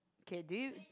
okay do you